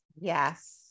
Yes